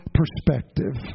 perspective